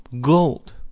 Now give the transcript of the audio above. gold